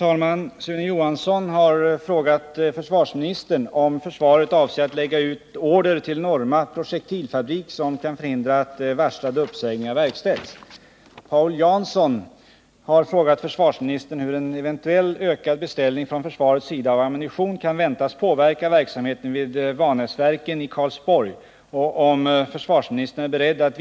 Den 18 oktober 1978 ställde Sune Johansson en fråga till försvarsministern angående möjligheten att med statliga beställningar rädda sysselsättningen vid Norma Projektilfabrik i Åmotfors i Värmland.